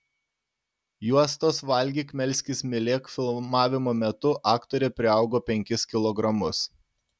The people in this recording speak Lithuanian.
juostos valgyk melskis mylėk filmavimo metu aktorė priaugo penkis kilogramus